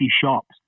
shops